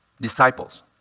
disciples